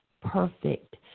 perfect